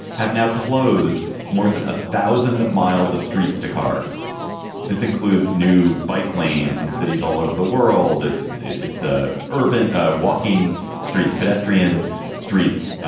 have now closed more than a thousand miles of streets to cars this includes new bike lanes in cities all over the world it's it's ah urban ah walking streets, pedestrian streets,